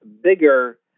bigger